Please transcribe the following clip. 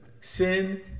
sin